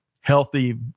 healthy